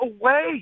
away